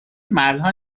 مردها